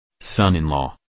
son-in-law